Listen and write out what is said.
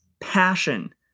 passion